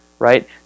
right